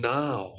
now